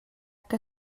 que